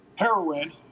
Heroin